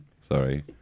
sorry